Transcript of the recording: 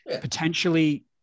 potentially